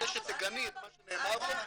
אני מבקש שתגני את מה שנאמר כאן